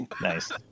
Nice